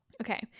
Okay